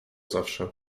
zawsze